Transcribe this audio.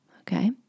Okay